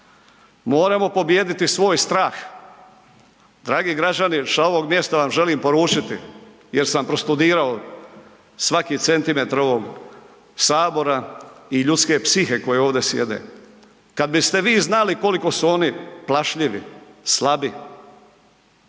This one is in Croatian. Moramo pobijediti svoj strah. Dragi građani, sa ovog mjesta vam želim poručiti jer sam prostudirao svaki centimetar ovog sabora i ljudske psihe koje ovdje sjede. Kad biste vi znali koliko su oni plašljivi, slabi,